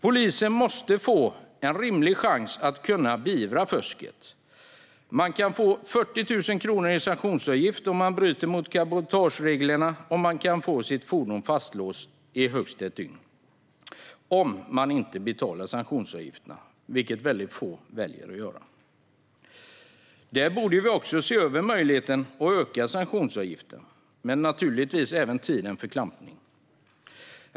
Polisen måste få en rimlig chans att kunna beivra fusket. Man kan få 40 000 kronor i sanktionsavgift om man bryter mot cabotagereglerna, och man kan få sitt fordon fastlåst i högst ett dygn om man inte betalar sanktionsavgiften, vilket få väljer att göra. Vi borde se över möjligheten att höja sanktionsavgiften och givetvis även tiden för klampning.